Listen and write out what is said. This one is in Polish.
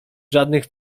żadnych